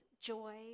joy